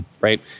right